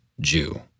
Jew